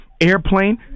airplane